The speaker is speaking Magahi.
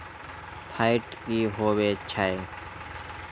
फैट की होवछै?